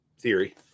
theory